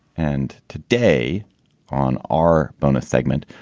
and today on our bonus segment,